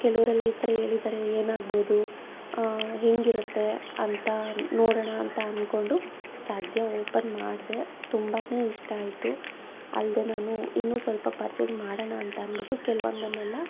ಕೆಲವರೆಲ್ಲ ಈ ಥರ ಹೇಳಿದ್ದಾರೆ ಏನಾಗ್ಬಹುದು ಹೇಗಿರುತ್ತೆ ಅಂತ ನೋಡೋಣ ಅಂತ ಅಂದ್ಕೊಂಡು ಸದ್ಯ ಓಪನ್ ಮಾಡಿದೆ ತುಂಬನೆ ಇಷ್ಟ ಆಯಿತು ಅಲ್ಲದೇ ನಾನು ಇನ್ನೂ ಸ್ವಲ್ಪ ಪರ್ಚೇಸ್ ಮಾಡೋಣ ಅಂತ ಅಂದ್ಬಿಟ್ಟು ಕೆಲವೊಂದನ್ನೆಲ್ಲ